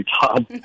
todd